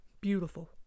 beautiful